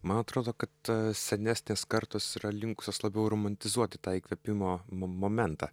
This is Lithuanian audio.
man atrodo kad senesnės kartos yra linkusios labiau romantizuoti tą įkvėpimo mo momentą